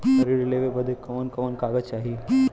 ऋण लेवे बदे कवन कवन कागज चाही?